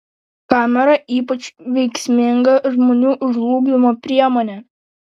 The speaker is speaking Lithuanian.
kamera ypač veiksminga žmonių žlugdymo priemonė